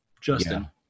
Justin